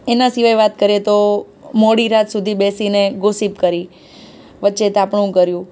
એના સિવાય વાત કરીએ તો મોડી રાત સુધી બેસીને ગોસિપ કરી વચ્ચે તાપણું કર્યું